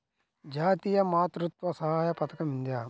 జాతీయ మాతృత్వ సహాయ పథకం ఉందా?